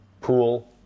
pool